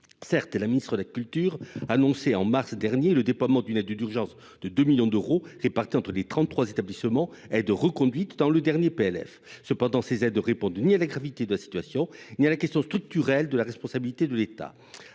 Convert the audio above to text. Certes, la ministre de la culture annonçait, en mars dernier, le déploiement d’une aide d’urgence de 2 millions d’euros répartie entre les trente trois établissements, aide reconduite dans le dernier projet de loi de finances. Toutefois, ces aides ne répondent ni à la gravité de la situation ni à la question structurelle de la responsabilité de l’État.